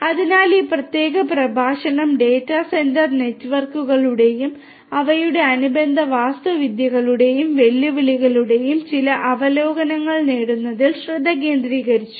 അതിനാൽ ഈ പ്രത്യേക പ്രഭാഷണം ഡാറ്റാ സെന്റർ നെറ്റ്വർക്കുകളുടെയും അവയുടെ അനുബന്ധ വാസ്തുവിദ്യകളുടെയും വെല്ലുവിളികളുടെയും ചില അവലോകനങ്ങൾ നേടുന്നതിൽ ശ്രദ്ധ കേന്ദ്രീകരിച്ചു